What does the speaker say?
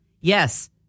Yes